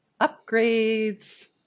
Upgrades